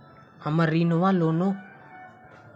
हम्मर ऋण वा लोन भरबाक प्रतिमास कत्तेक राशि रहत?